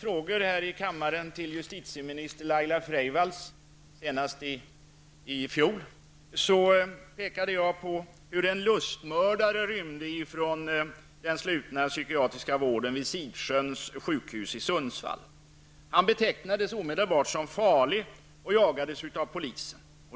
Jag har i frågor till justitieminister Laila Freivalds -- senast i fjol -- påpekat hur en lustmördare rymde från sluten psykiatrisk vård vid Sidsjöns sjukhus i Sundsvall. Han betecknades omedelbart som farlig och jagades av polisen.